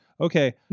Okay